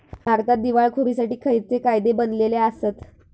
भारतात दिवाळखोरीसाठी खयचे कायदे बनलले आसत?